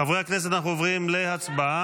חברי הכנסת, אנחנו עוברים להצבעה